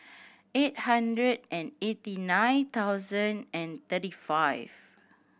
eight hundred and eighty nine thousand and thirty five